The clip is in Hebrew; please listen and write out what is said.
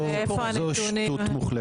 זו שטות מוחלטת.